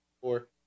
four